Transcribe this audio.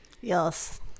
Yes